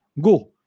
go